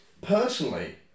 personally